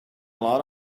lot